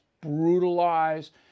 brutalized